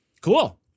Cool